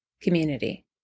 community